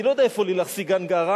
אני לא יודע איפה לילך סיגן גרה,